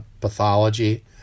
pathology